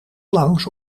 langs